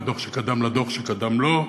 ומהדוח שקדם לדוח שקדם לו,